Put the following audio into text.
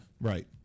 Right